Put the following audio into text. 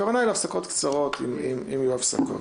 הכוונה היא להפסקות קצרות, אם יהיו הפסקות.